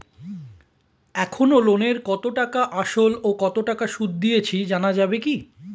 এখনো লোনের কত টাকা আসল ও কত টাকা সুদ দিয়েছি জানা যাবে কি?